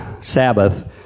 Sabbath